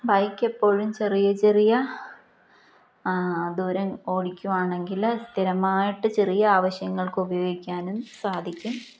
ബൈക്കെപ്പോഴും ചെറിയ ചെറിയ ദൂരം ഓടിക്കുകയാണെങ്കിൽ സ്ഥിരമായിട്ട് ചെറിയ ആവശ്യങ്ങൾക്ക് ഉപയോഗിക്കാനും സാധിക്കും